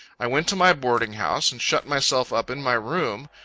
i went to my boarding house, and shut myself up in my room,